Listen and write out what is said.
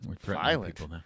Violent